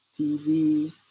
tv